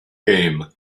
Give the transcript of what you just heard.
game